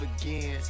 again